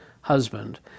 husband